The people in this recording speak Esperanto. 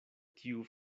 tiu